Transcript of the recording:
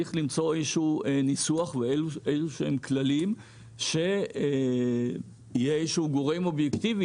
צריך למצוא איזה שהם כללים; שיהיה איזה שהוא גורם אובייקטיבי,